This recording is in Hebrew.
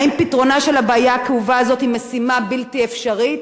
האם פתרונה של הבעיה הכאובה הזאת הוא משימה בלתי אפשרית?